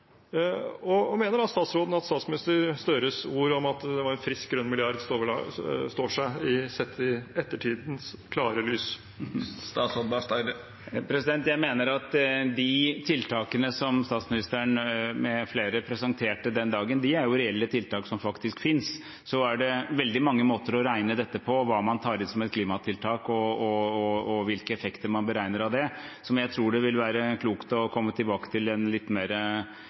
Mener da statsråden at statsminister Gahr Støres ord om at det var en frisk grønn milliard, står seg, sett i ettertidens klare lys? Jeg mener at de tiltakene som statsministeren med flere presenterte den dagen, er reelle tiltak som faktisk finnes. Så er det veldig mange måter å regne dette på – hva man tar inn som klimatiltak, og hvilke effekter man beregner av det – som jeg tror det vil være klokt å komme tilbake til i en litt mer